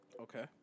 Okay